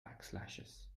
backslashes